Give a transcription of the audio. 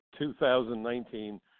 2019